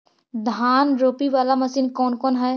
धान रोपी बाला मशिन कौन कौन है?